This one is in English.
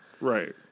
Right